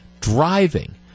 driving